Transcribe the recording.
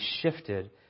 shifted